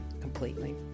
completely